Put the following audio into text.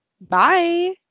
Bye